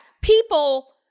people